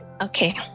Okay